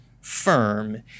firm